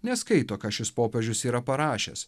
neskaito ką šis popiežius yra parašęs